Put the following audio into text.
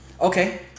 Okay